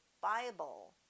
Bible